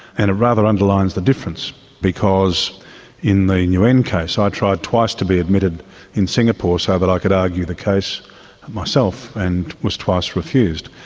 and it rather underlines the difference because in the nguyen case i tried twice to be admitted in singapore so that i could argue the case myself and was twice refused.